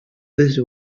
this